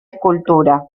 escultura